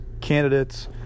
candidates